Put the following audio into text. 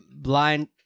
Blind